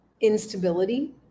instability